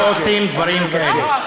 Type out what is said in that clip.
לא עושים דברים כאלה.